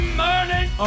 morning